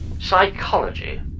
Psychology